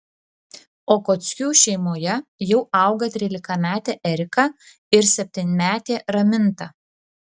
okockių šeimoje jau auga trylikametė erika ir septynmetė raminta